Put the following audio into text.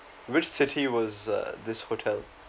which city was uh this hotel